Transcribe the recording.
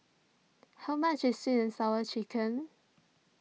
how much is Sweet and Sour Chicken